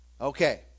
Okay